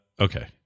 Okay